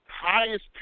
highest